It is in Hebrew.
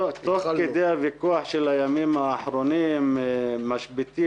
תוך כדי הוויכוח של הימים האחרונים משביתים,